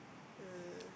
ah